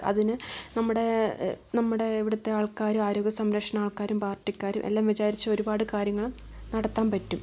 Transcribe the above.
അതിന് നമ്മുടെ നമ്മുടെ ഇവിടത്തെ ആൾക്കാരും ആരോഗ്യ സംരക്ഷണ ആൾക്കാരും പാർട്ടിക്കാരും എല്ലാം വിചാരിച്ച് ഒരുപാടു കാര്യങ്ങൾ നടത്താൻ പറ്റും